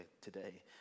today